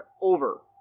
over